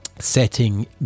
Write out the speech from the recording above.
Setting